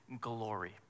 glory